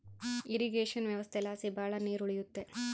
irrigation ವ್ಯವಸ್ಥೆಲಾಸಿ ಭಾಳ ನೀರ್ ಉಳಿಯುತ್ತೆ